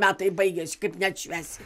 metai baigėsi kaip neatšvęsi